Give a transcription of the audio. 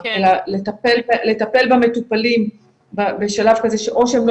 אלא לטפל במטופלים בשלב כזה שאו שהם לא